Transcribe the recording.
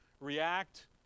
react